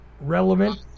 Relevant